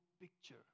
picture